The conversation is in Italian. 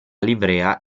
livrea